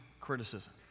criticism